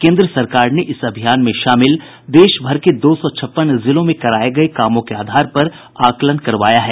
केन्द्र सरकार ने इस अभियान में शामिल देश भर के दो सौ छप्पन जिलों में कराये गये कामों के आधार पर आकलन करवाया है